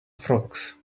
frogs